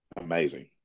amazing